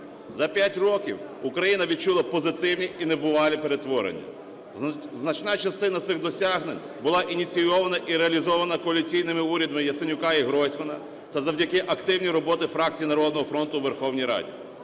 За 5 років Україна відчула позитивні і небувалі перетворення. Значна частина цих досягнень була ініційована і реалізована коаліційними урядами Яценюка і Гройсмана та завдяки активній роботі фракції "Народного фронту" у Верховній Раді: